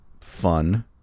fun